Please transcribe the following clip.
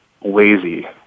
lazy